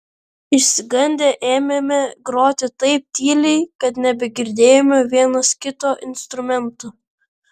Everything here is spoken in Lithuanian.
išsigandę ėmėme groti taip tyliai kad nebegirdėjome vienas kito instrumentų